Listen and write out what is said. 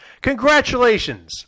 Congratulations